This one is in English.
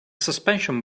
suspension